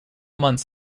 months